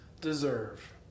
deserve